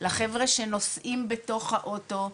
לחבר'ה שנוסעים בתוך האוטו,